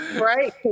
Right